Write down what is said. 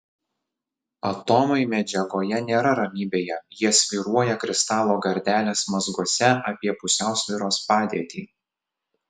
atomai medžiagoje nėra ramybėje jie svyruoja kristalo gardelės mazguose apie pusiausvyros padėtį